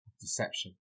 deception